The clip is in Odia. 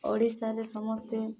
ଓଡ଼ିଶାରେ ସମସ୍ତେ